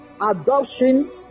adoption